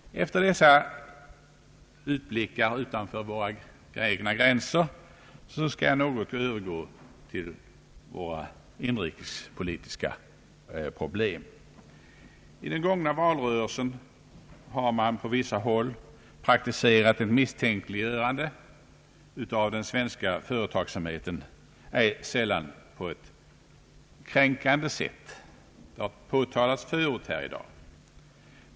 Efter dessa utblickar utanför våra egna gränser skall jag övergå till våra inrikespolitiska problem. I den gångna valrörelsen har man på vissa håll praktiserat ett misstänkliggörande av den svenska företagsamheten, ej sällan på ett kränkande sätt. Det har påtalats förut här i dag.